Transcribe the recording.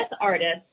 artists